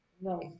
No